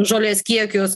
žolės kiekius